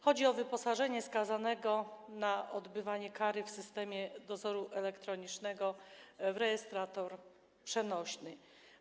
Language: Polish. Chodzi o wyposażenie skazanego na odbywanie kary w systemie dozoru elektronicznego w rejestrator przenośny.